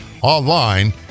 online